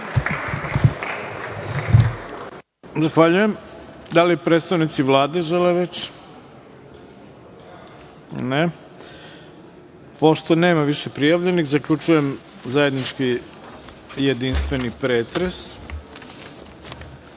Zahvaljujem. Da li predstavnici Vlade žele reč? (Ne)Pošto nema više prijavljenih, zaključujem zajednički jedinstveni pretres. Saglasno